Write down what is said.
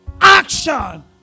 action